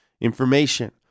information